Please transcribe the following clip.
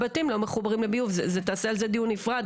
מחוברים לסיפאפ, למכשירי אינהלציות.